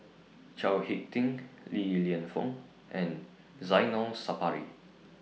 Chao Hick Tin Li Lienfung and Zainal Sapari